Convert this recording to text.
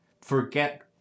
forget